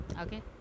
Okay